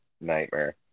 nightmare